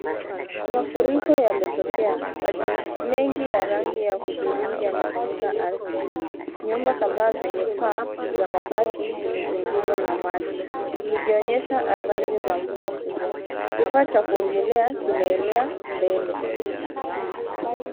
Mafuriko yametokea. Maji mengi ya rangi ya hudhurungi yamefunika ardhi. Nyumba kadhaa zenye paa za mabati zimezingirwa na maji. Zikionyesha athari za mvua kubwa. Kifaa cha kuongelea kinaelea mbele.